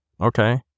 Okay